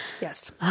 Yes